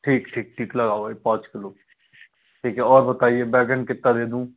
ठीक ठीक ठीक लगा भाई पाँच किलो ठीक है और बताइए बैंगन कितना दे दूँ